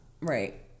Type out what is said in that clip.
right